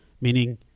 meaning